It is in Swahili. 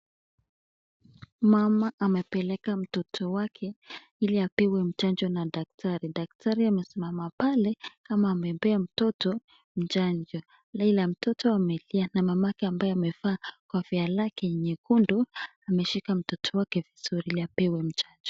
Mama amepeleka mtoto wake ili apewe chanjo na daktari , daktari amesimama pale kama amepea mtoto chanjo ila mtoto amelia na mamake ambaye amevaa kofia lake nyekundu ameshika mtoto wake vizuri ili apewe mchanjo.